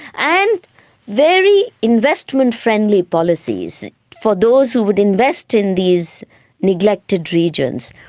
and very investment-friendly policies for those who would invest in these neglected regions.